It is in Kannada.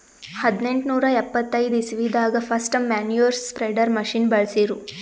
ಹದ್ನೆಂಟನೂರಾ ಎಪ್ಪತೈದ್ ಇಸ್ವಿದಾಗ್ ಫಸ್ಟ್ ಮ್ಯಾನ್ಯೂರ್ ಸ್ಪ್ರೆಡರ್ ಮಷಿನ್ ಬಳ್ಸಿರು